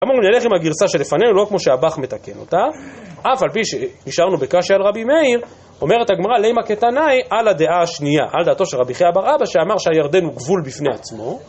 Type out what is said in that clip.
אמרנו, נלך עם הגרסה שלפנינו, לא כמו שהב"ח מתקן אותה אף על פי שנשארנו בקשיא על רבי מאיר אומרת הגמרא: "לימא כתנאי" על הדעה השנייה, על דעתו של רבי חיה בר אבא שאמר שהירדן הוא גבול בפני עצמו